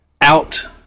out